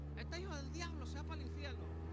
at the diablo somebody seattle